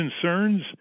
concerns